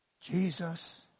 Jesus